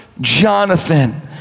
Jonathan